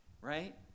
right